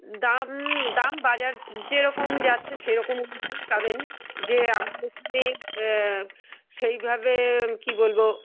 দাম দাম বাজার যেরকম যাচ্ছে সেরকম অনুযায়ী পাবেন যে আমার এখানে সেইভাবে কী বলবো